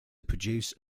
produce